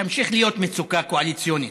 שתמשיך להיות מצוקה קואליציונית,